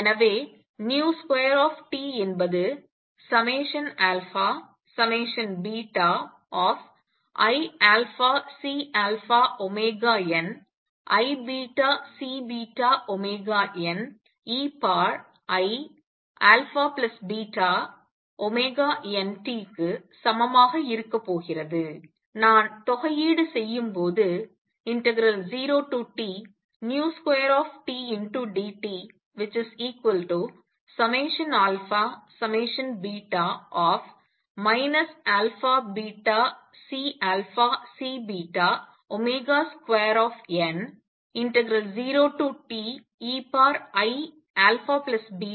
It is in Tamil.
எனவே v2t என்பது iαCωiβCωeiαβωnt க்கு சமமாக இருக்கப் போகிறது நான் தொகையீடு செய்யும்போது 0Tv2tdt αβCC2n0Teiαβntdt